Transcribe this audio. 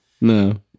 No